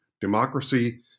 democracy